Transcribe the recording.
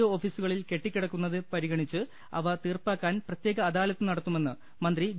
O ഓഫീസുകളിൽ കെട്ടിക്കിടക്കുന്നത് പരിഗണിച്ച് അവ തീർപ്പാക്കാൻ പ്രത്യേക അദാലത്ത് നടത്തുമെന്ന് മന്ത്രി വി